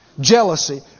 Jealousy